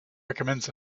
recommends